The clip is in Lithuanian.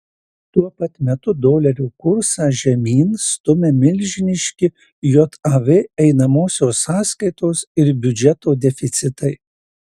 tuo pat metu dolerio kursą žemyn stumia milžiniški jav einamosios sąskaitos ir biudžeto deficitai